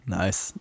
nice